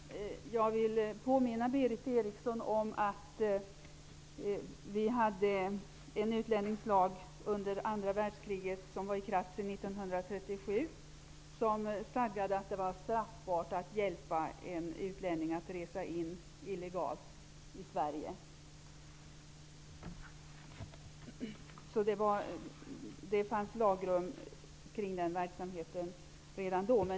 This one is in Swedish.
Herr talman! Jag vill påminna Berith Eriksson om att vi hade en utlänningslag. Den trädde i kraft 1937 och stadgade att det var straffbart att hjälpa en utlänning att resa in illegalt i Sverige. Det fanns lagrum som gällde den verksamheten redan då.